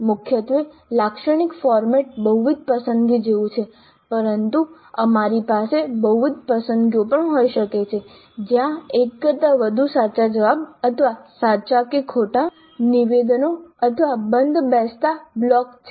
મુખ્યત્વે લાક્ષણિક ફોર્મેટ બહુવિધ પસંદગી જેવું છે પરંતુ અમારી પાસે બહુવિધ પસંદગીઓ પણ હોઈ શકે છે જ્યાં એક કરતા વધુ સાચા જવાબ અથવા સાચા કે ખોટા નિવેદનો અથવા બંધબેસતા બ્લોક્સ છે